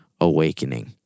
awakening